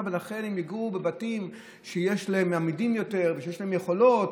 ולכן הם יגורו בבתים אמידים יותר ושיש להם יכולות.